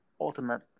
ultimate